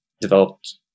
developed